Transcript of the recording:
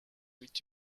with